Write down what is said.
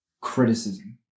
criticism